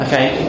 Okay